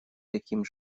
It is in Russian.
таким